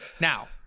now